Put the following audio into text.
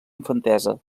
infantesa